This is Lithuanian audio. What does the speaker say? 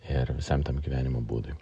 ir visam tam gyvenimo būdui